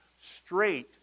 straight